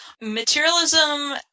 materialism